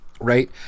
Right